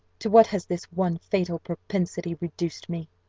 to what has this one fatal propensity reduced me!